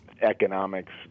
economics